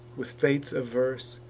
with fates averse,